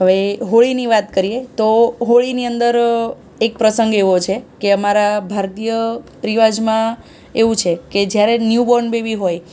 હવે હોળીની વાત કરીએ તો હોળીની અંદર એક પ્રસંગ એવો છે કે અમારા ભારતીય રિવાજમાં એવું છે કે જ્યારે ન્યૂબોર્ન બેબી હોય